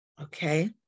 okay